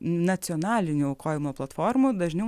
nacionalinių aukojimo platformų dažniau